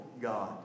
God